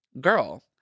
girl